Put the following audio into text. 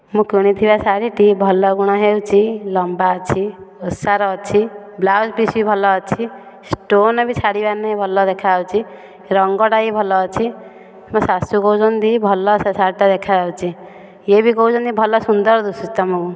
ମୁଁ କିଣିଥିବା ଶାଢୀଟି ଭଲ ଗୁଣ ହେଉଛି ଲମ୍ବା ଅଛି ଓସାର ଅଛି ବ୍ଲାଉଜ୍ ପିସ୍ ଭଲ ଅଛି ଷ୍ଟୋନ ବି ଛାଡ଼ିବାର ନାହିଁ ଭଲ ଦେଖାଯାଉଛି ରଙ୍ଗଟା ବି ଭଲ ଅଛି ମୋ ଶାଶୁ କହୁଛନ୍ତି ଭଲ ସେ ଶାଢୀଟା ଦେଖାଯାଉଛି ଇଏ ବି କହୁଚନ୍ତି ଭଲ ସୁନ୍ଦର ଦିଶୁଛି ତମକୁ